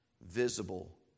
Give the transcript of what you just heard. visible